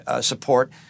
support